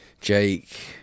Jake